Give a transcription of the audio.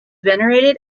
venerated